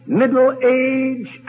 middle-age